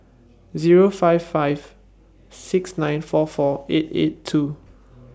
Zero five five six nine four four eight eight two